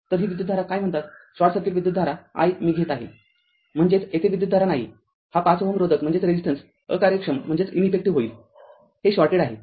तर ही विद्युतधारा काय म्हणतात शॉर्ट सर्किट विद्युतधारा i मी घेत आहे म्हणजेच येथे विद्युतधारा नाही हा ५ Ω रोधक अकार्यक्षम होईल हे शॉर्टेड आहे